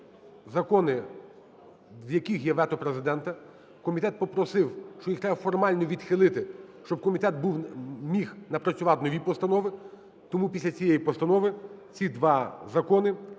закони, в яких є вето Президента. Комітет попросив, що їх треба формально відхилити, щоб комітет міг напрацювати нові постанови, тому після цієї постанови ці два закони: